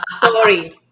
Sorry